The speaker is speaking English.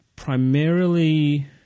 primarily